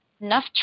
enough